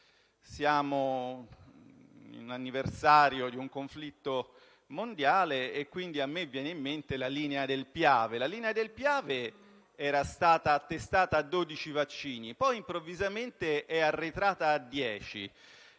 Siamo nell'anniversario di un conflitto mondiale e quindi a me viene in mente la linea del Piave. La linea del Piave era stata attestata a 12 vaccini, poi improvvisamente è arretrata a 10.